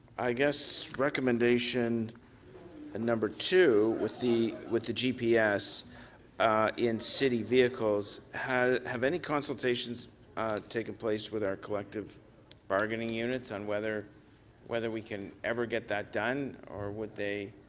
i guess recommendation ah number two with the with the gps in city vehicles have have any consultations taken place with our collective bargaining units on whether whether we can ever get that done, or would they